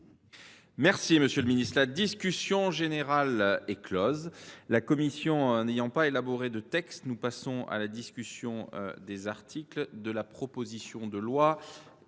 de votre fait. La discussion générale est close. La commission n’ayant pas élaboré de texte, nous passons à la discussion des articles de la proposition de loi